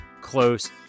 close